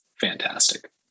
fantastic